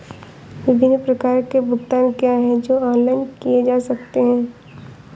विभिन्न प्रकार के भुगतान क्या हैं जो ऑनलाइन किए जा सकते हैं?